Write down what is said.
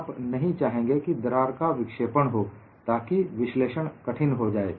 आप नहीं चाहेंगे कि दरार का विक्षेपण हो ताकि विश्लेषण कठिन हो जाए